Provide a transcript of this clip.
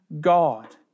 God